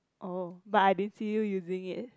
oh but I didn't see you using it